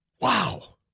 Wow